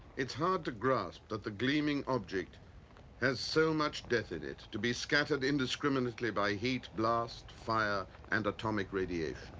it's hard to grasp that the gleaming object has so much death in it to be scattered indiscriminately by heat, blast, fire, and atomic radiation.